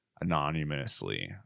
anonymously